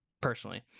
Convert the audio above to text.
personally